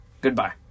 goodbye